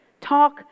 talk